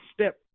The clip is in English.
step